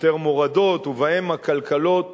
יותר מורדות, ובהן הכלכלות